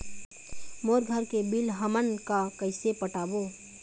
मोर घर के बिल हमन का कइसे पटाबो?